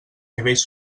nivells